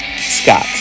Scott